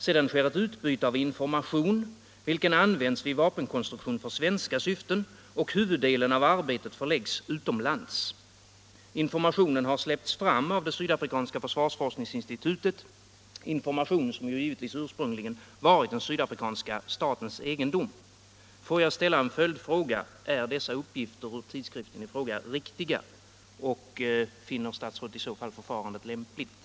Sedan sker ett utbyte av information, vilken används vid vapenkonstruktion för svenska syften, och huvuddelen av arbetet förläggs utomlands. Informationen har släppts fram av det sydafrikanska försvarsforskningsinstitutet, information som givetvis ursprungligen varit den sydafrikanska statens egendom. Tillåt mig ställa en följdfråga: Är dessa uppgifter ur tidskriften i fråga riktiga? Finner statsrådet i så fall förfarandet lämpligt?